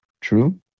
True